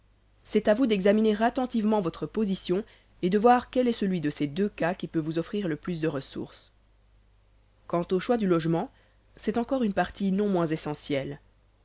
c'est à vous d'examiner attentivement votre position et de voir quel est celui de ces deux cas qui peut vous offrir le plus de ressources quant au choix du logement c'est encore une partie non moins essentielle